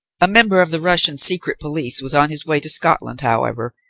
a member of the russian secret police was on his way to scotland, however,